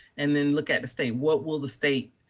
and then look at the state, what will the state,